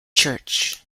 church